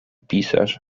pisarz